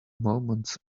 moments